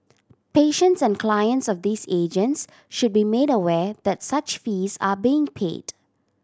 patients and clients of these agents should be made aware that such fees are being paid